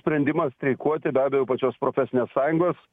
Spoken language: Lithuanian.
sprendimas streikuoti be abejo pačios profesinės sąjungos